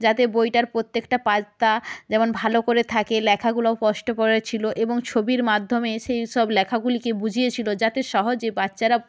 যাতে বইটার প্রত্যেকটা পাতা যেমন ভালো করে থাকে লেখাগুলো স্পষ্ট করে ছিল এবং ছবির মাধ্যমে সেই সব লেখাগুলিকে বুঝিয়ে ছিল যাতে সহজে বাচ্চারা